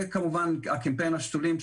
והיה כמובן את קמפיין השתולים,